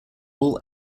all